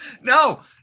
No